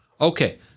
Okay